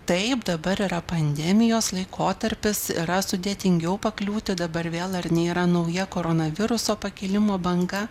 taip dabar yra pandemijos laikotarpis yra sudėtingiau pakliūti dabar vėl ar ne yra nauja koronaviruso pakilimo banga